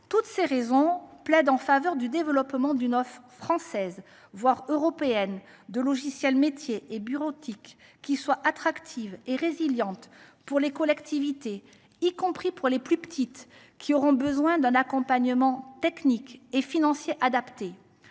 Toutes ces raisons plaident en faveur du développement d’une offre française, voire européenne, de logiciels métiers et bureautiques qui soit attractive et résiliente pour les collectivités territoriales, y compris pour les plus petites, qui auront besoin d’un accompagnement technique et financier adapté.